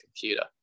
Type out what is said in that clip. computer